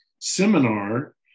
seminar